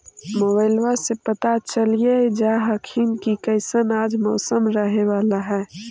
मोबाईलबा से पता चलिये जा हखिन की कैसन आज मौसम रहे बाला है?